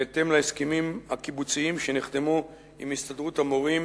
בהתאם להסכמים הקיבוציים שנחתמו עם הסתדרות המורים